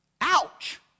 Ouch